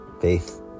Faith